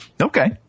Okay